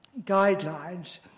guidelines